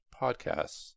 podcasts